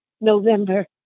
November